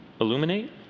illuminate